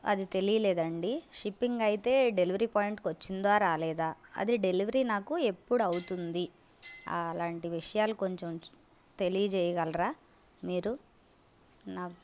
అది తెలియలేదండి షిప్పింగ్ అయితే డెలివరీ పాయింట్కి వచ్చిందా రాలేదా అది డెలివరీ నాకు ఎప్పుడు అవుతుంది అలాంటి విషయాలు కొంచెం తెలియజేయగలరా మీరు నాకు